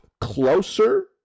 closer